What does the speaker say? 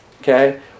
Okay